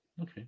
okay